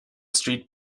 street